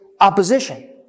opposition